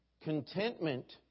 contentment